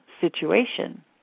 situation